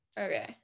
Okay